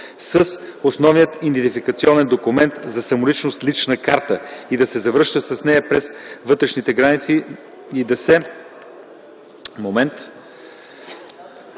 с основния идентификационен документ за самоличност – лична карта, и да се завръща с нея през вътрешните граници на Република